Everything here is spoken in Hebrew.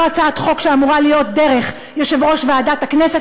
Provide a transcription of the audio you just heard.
הצעת חוק שאמורה להיות דרך יושב-ראש ועדת הכנסת.